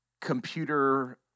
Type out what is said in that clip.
computer